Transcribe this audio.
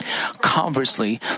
Conversely